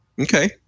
Okay